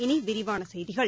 இனி விரிவான செய்திகள்